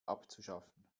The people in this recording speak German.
abzuschaffen